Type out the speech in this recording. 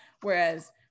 Whereas